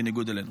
בניגוד אלינו.